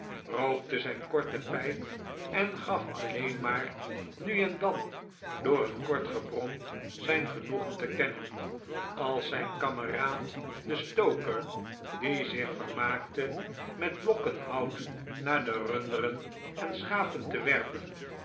rookte zijn korte prjp en gaf alleen maar nu en dan door een kort gebrom zijn genoegen te kennen als zijn kameraad de stoker die zich vermaakte met blokken hout naar de runderen en schapen te werpen